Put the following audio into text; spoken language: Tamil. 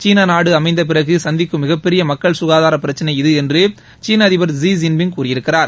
சீன நாடு அமைந்த பிறகு சந்திக்கும் மிகப்பெரிய மக்கள் சுகாதார பிரச்சினை இது என்று சீன அதிபர் சீ ஜின் பிங் கூறியிருக்கிறார்